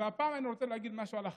והפעם אני רוצה להגיד משהו על החקלאים,